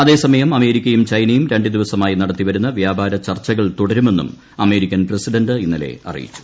അതേസമയം അമേരിക്കയും ചൈനയും രണ്ടുദിവസമായി നടത്തിവരുന്ന വ്യാപാര ചർച്ചകൾ തുടരുമെന്നും അമേരിക്കൻ പ്രസിഡന്റ് ഇന്നലെ അറിയിച്ചു